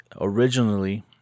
originally